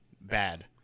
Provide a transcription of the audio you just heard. bad